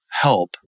help